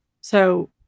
So-